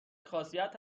خاصیت